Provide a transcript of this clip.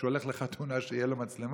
שכשהוא הולך לחתונה תהיה לו מצלמה,